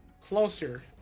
closer